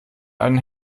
einen